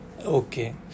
Okay